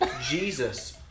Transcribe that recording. Jesus